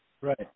Right